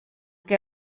què